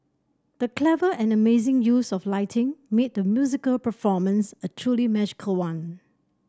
the clever and amazing use of lighting made the musical performance a truly magical one